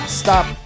stop